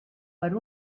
per